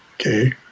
okay